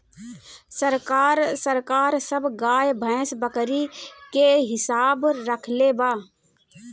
सरकार सब गाय, भैंस, बकरी के हिसाब रक्खले बा